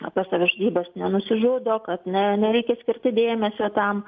apie savižudybes nenusižudo kad ne nereikia skirti dėmesio tam